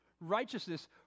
Righteousness